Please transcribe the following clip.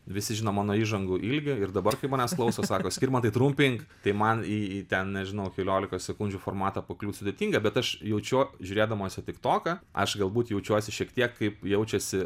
visi žino mano įžangų ilgį ir dabar kai manęs klauso sako skirmantai trumpink tai man į į ten nežinau keliolikos sekundžių formatą pakliūt sudėtinga bet aš jaučiu žiūrėdamas į tik toką aš galbūt jaučiuosi šiek tiek kaip jaučiasi